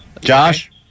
Josh